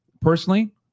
personally